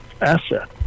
asset